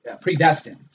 predestined